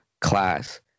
class